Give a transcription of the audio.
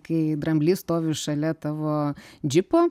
kai dramblys stovi šalia tavo džipo